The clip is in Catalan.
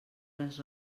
les